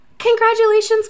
Congratulations